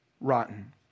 rotten